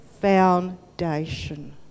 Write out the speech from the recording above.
foundation